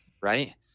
right